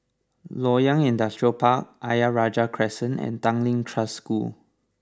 Loyang Industrial Park Ayer Rajah Crescent and Tanglin Trust School